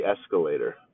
escalator